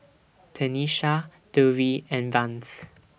Tenisha Dovie and Vance